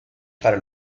para